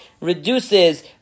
reduces